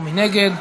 מי נגד?